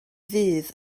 ddydd